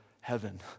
heaven